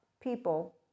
people